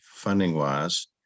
funding-wise